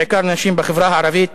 בעיקר נשים בחברה הערבית: